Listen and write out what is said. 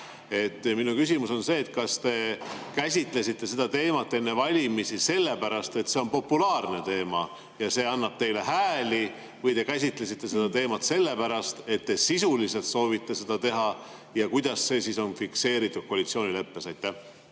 Minu küsimus on see: kas te käsitlesite seda teemat enne valimisi sellepärast, et see on populaarne teema ja see annab teile hääli, või te käsitlesite seda teemat sellepärast, et te sisuliselt soovite seda teha? Ja kuidas see on fikseeritud koalitsioonileppes?